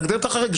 להגדיר את החריג,